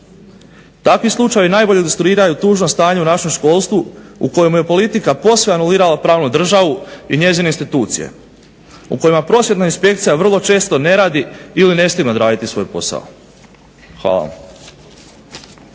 Takvi slučajevi najbolje ilustriraju tužno stanje u našem školstvu u kojemu je politika posve anulirala pravnu državu i njezine institucije u kojima Prosvjetna inspekcija vrlo često ne radi ili ne stigne odraditi svoj posao. Hvala vam.